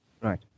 Right